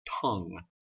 tongue